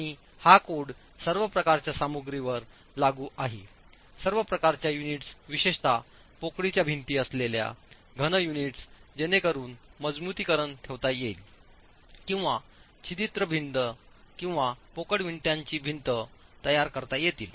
आणि हा कोड सर्व प्रकारच्या सामग्रीवर लागू आहे सर्व प्रकारच्या युनिट्स विशेषत पोकळीच्या भिंती असलेल्या घन युनिट्स जेणेकरून मजबुतीकरण ठेवता येईल किंवा छिद्रित भिंती किंवा पोकळ विटांच्या भिंती तयार करता येतील